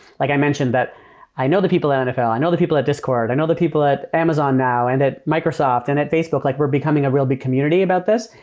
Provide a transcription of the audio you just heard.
like i mentioned, i know the people at nfl. i know the people at discord. i know the people at amazon now, and at microsoft, and at facebook. like we're becoming a real big community about this.